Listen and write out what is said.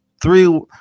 three